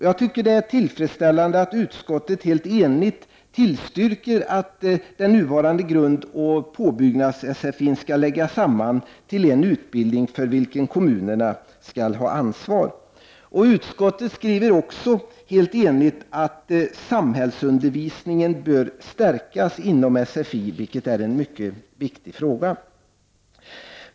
Jag tycker att det är tillfredsställande att utskottet helt enigt tillstyrker att den grundoch påbyggnads-sfi som nu finns skall läggas samman till en utbildning för vilken kommunen skall ha ansvar. Utskottet skriver också helt enigt att samhällsundervisningen bör stärkas inom sfi. Det är en viktig fråga.